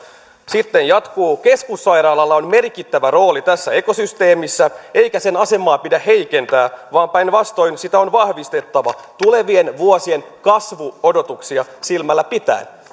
sitten jatkuu keskussairaalalla on merkittävä rooli tässä ekosysteemissä eikä sen asemaa pidä heikentää vaan päinvastoin sitä on vahvistettava tulevien vuosien kasvuodotuksia silmällä pitäen